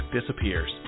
disappears